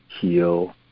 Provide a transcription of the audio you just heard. heal